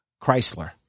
Chrysler